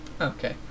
okay